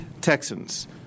Texans